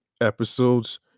episodes